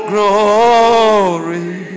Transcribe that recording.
Glory